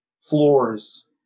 floors